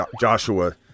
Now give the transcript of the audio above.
Joshua